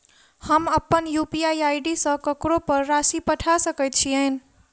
हम अप्पन UPI ID सँ ककरो पर राशि पठा सकैत छीयैन?